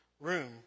room